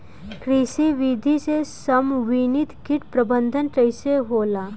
कृषि विधि से समन्वित कीट प्रबंधन कइसे होला?